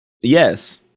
yes